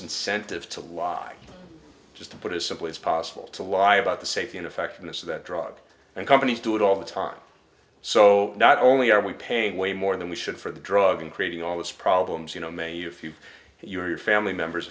incentive to lie just to put as simply as possible to lie about the safety and effectiveness of that drug and companies do it all the time so not only are we paying way more than we should for the drug in creating all these problems you know maybe a few your family members